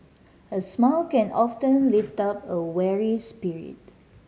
a smile can often lift up a weary spirit